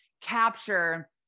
capture